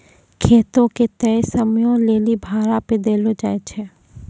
खेतो के तय समयो लेली भाड़ा पे देलो जाय छै